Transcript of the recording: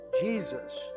Jesus